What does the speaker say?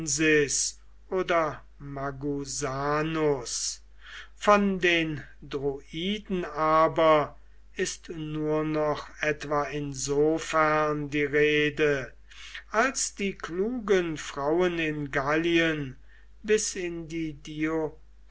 oder magusanus von den druiden aber ist nur noch etwa insofern die rede als die klugen frauen in gallien bis in die